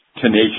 tenacious